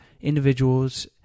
individuals